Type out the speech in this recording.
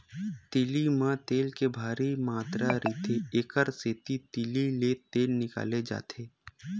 तिली म तेल के भारी मातरा रहिथे, एकर सेती तिली ले तेल निकाले जाथे